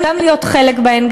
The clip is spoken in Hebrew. גם להיות חלק בהם,